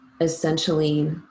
essentially